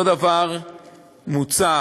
אותו דבר מוצע,